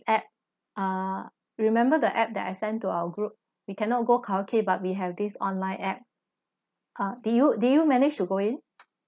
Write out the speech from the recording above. app uh remember the app that I sent to our group we cannot go karaoke but we have this online app uh did you did you manage to go in